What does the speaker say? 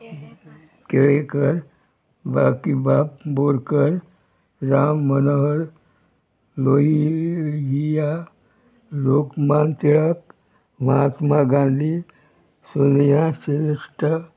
Kelekar Bakibab Borkar Ram Manohar Lohia Lokman Tilak Mahatma Gandhi Sonia Shirshat